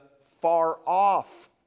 far-off